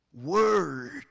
word